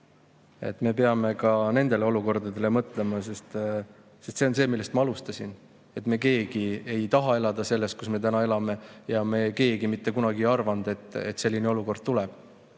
Me peame ka nendele olukordadele mõtlema. See on see, millest ma alustasin: me keegi ei taha elada selles, kus me täna elame, ja me keegi mitte kunagi ei arvanud, et selline olukord tuleb,